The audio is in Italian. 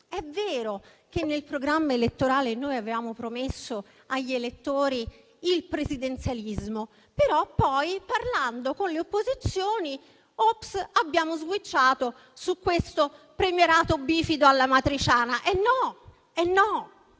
è vero che nel programma elettorale noi avevamo promesso agli elettori il presidenzialismo; però poi, parlando con le opposizioni, abbiamo optato su questo premierato bifido, alla matriciana. Invece, no: